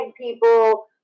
people